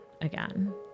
again